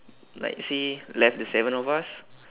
like see left the seven of us